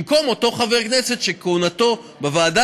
במקום אותו חבר הכנסת שכהונתו בוועדה